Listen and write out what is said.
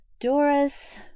Doris